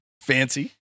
Fancy